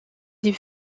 des